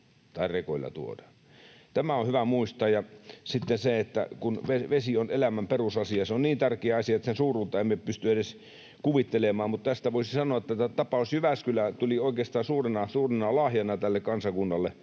Tämä on hyvä muistaa. Vesi on elämän perusasia, se on niin tärkeä asia, että sen suuruutta emme pysty edes kuvittelemaan, mutta tästä voisi sanoa, että tämä tapaus Jyväskylä tuli oikeastaan suurena, suurena lahjana tälle kansakunnalle,